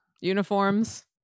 uniforms